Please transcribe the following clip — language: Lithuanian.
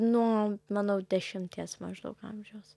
nuo manau dešimties maždaug amžiaus